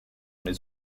les